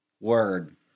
word